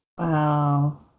Wow